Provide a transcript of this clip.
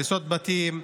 הריסות בתים,